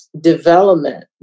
development